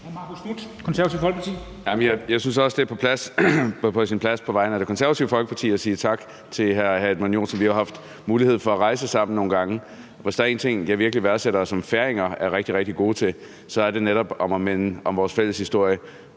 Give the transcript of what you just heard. Jeg synes også, det er på sin plads på vegne af Det Konservative Folkeparti at sige tak til hr. Edmund Joensen. Vi har jo haft mulighed for at rejse sammen nogle gange, og hvis der er en ting, som jeg virkelig værdsætter, og som færinger er rigtig, rigtig gode til, så er det netop at minde om vores fælles historie.